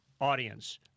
audience